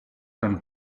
and